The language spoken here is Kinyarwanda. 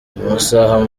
masaha